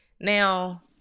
now